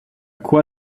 quoi